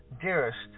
dearest